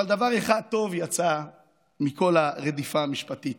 אבל דבר אחד טוב יצא מכל הרדיפה המשפטית: